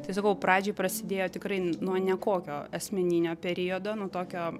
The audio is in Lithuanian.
tai sakau pradžioj prasidėjo tikrai nuo nekokio asmeninio periodo nuo tokio